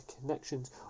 connections